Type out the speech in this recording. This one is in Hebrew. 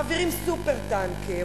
מעבירים "סופר-טנקר",